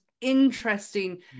interesting